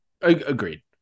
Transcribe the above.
Agreed